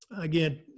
again